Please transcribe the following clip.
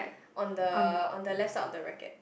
on the on the left side of the racket